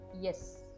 Yes